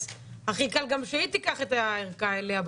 הכי קל גם שהיא תיקח את הערכה אליה בחזרה.